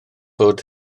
fod